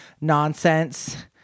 nonsense